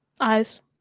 Eyes